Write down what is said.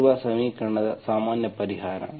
ನೀಡಿರುವ ಸಮೀಕರಣದ ಸಾಮಾನ್ಯ ಪರಿಹಾರ